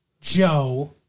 Joe